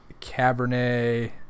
Cabernet